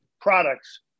products